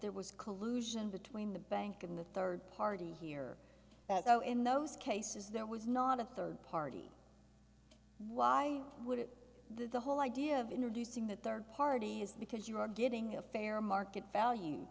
there was collusion between the bank and the third party here so in those cases there was not a third party why would it the whole idea of introducing the third party is because you are getting a fair market value